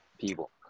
People